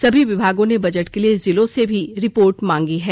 सभी विभागों ने बजट के लिए जिलों से भी रिपोर्ट मांगी है